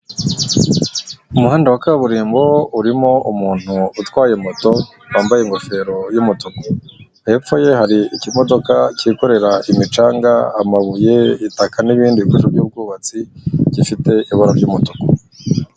Umuhanda wa kaburimbo urimo umuntu utwaye moto, wambaye ingofero y'umutuku, hepfo ye hari ikimodoka cyikorera imicanga, amabuye, itaka, n'ibindi bikorwa by'ubwubatsi, gifite ibara ry'umutuku.